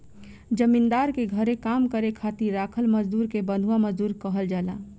जमींदार के घरे काम करे खातिर राखल मजदुर के बंधुआ मजदूर कहल जाला